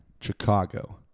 Chicago